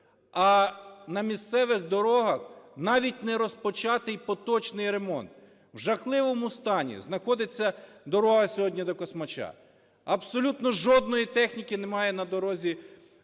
а на місцевих дорогах навіть не розпочатий поточний ремонт. У жахливому стані знаходиться дорога сьогодні до Космача. Абсолютно жодної техніки немає на дорозі